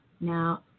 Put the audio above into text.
Now